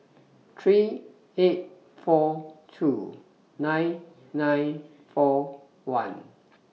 three eight four two nine nine four one